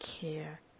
care